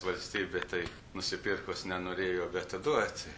valstybė tai nusipirkus nenorėjo atiduoti